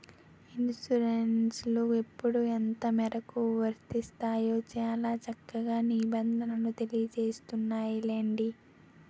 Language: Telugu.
ఇన్సురెన్సులు ఎప్పుడు ఎంతమేరకు వర్తిస్తాయో చాలా చక్కగా నిబంధనలు తెలియజేస్తున్నాయిలెండి